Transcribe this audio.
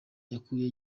yakuye